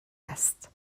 است